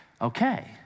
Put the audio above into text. okay